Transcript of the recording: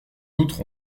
autres